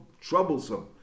troublesome